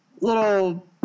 little